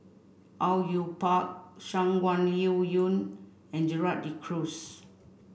Au Yue Pak Shangguan Liuyun and Gerald De Cruz